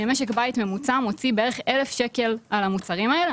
משק בית בממוצע מוציא בערך 1,000 שקלים על המוצרים האלה.